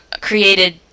created